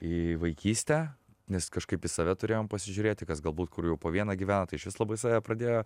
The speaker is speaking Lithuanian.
į vaikystę nes kažkaip į save turėjom pasižiūrėti kas galbūt kur jau po vieną gyvena tai išvis labai save pradėjo